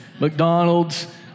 McDonald's